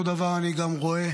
אותו דבר אני רואה